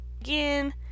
Again